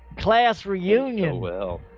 class reunion will